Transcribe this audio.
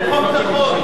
זה חוק נכון.